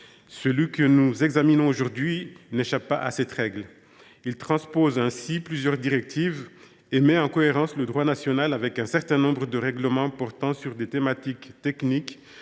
Celui que nous examinons aujourd’hui n’échappe pas à cette règle : il transpose plusieurs directives et met en cohérence le droit national avec un certain nombre de règlements portant sur des thématiques techniques